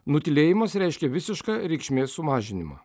nutylėjimas reiškia visišką reikšmės sumažinimą